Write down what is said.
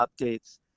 updates